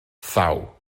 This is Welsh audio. thaw